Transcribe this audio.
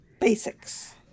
Basics